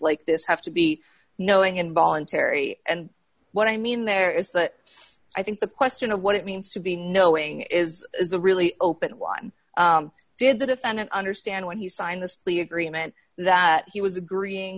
like this have to be knowing involuntary and what i mean there is that i think the question of what it means to be knowing is is a really open one did the defendant understand when he signed the plea agreement that he was agreeing